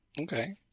Okay